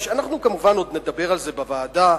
אנחנו, כמובן, עוד נדבר על זה בוועדה,